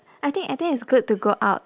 I think I think it's good to go out